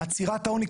עצירת העוני,